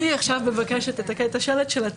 הנה, עכשיו אני מבקשת להשאיר את החלק של הציניות.